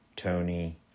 Tony